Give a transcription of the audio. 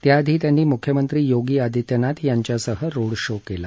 त्याआधी त्यांनी मुख्यमंत्री योगी आदित्यनाथ यांच्यासह रोड शो केला